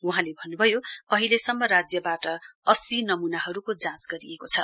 वहाँले भन्नुभयो अहिलेसम्म राज्यबाट अस्सी नमूनाको जाँच गरिएको छ